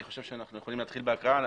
אני חושב שאנחנו יכולים להתחיל בהקראה.